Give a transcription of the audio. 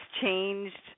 changed